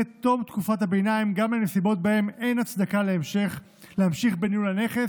תום תקופת הביניים גם בנסיבות שבהן אין הצדקה להמשיך בניהול הנכס,